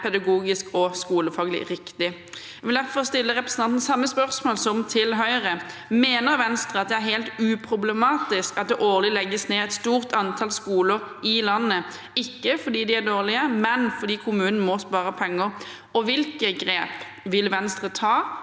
pedagogisk og skolefaglig riktig. Jeg vil derfor stille representanten Raja samme spørsmål som Høyre fikk: Mener Venstre det er uproblematisk at det årlig legges ned et stort antall skoler i landet – ikke fordi de er dårlige, men fordi kommunen må spare penger? Og hvilke grep vil Venstre ta